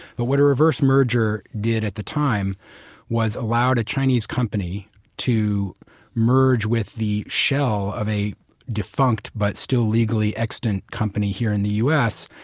but what a reverse merger did at the time was allowed a chinese company to merge with the shell of a defunct but still legally extant company here in the u s.